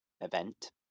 event